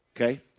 Okay